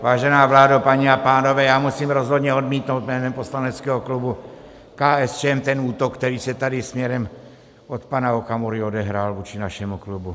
Vážená vládo, paní a pánové, já musím rozhodně odmítnout jménem poslaneckého klubu KSČM ten útok, který se tady směrem od pana Okamury odehrál vůči našemu klubu.